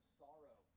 sorrow